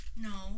No